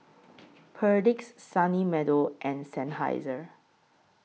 Perdix Sunny Meadow and Seinheiser